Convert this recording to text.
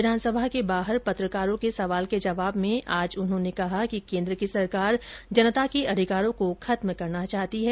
विधानसभा के बाहर पत्रकारों के सवाल के जवाब में उन्होंने कहा कि केन्द्र की सरकार जनता के अधिकारों को खत्म करना चाहती है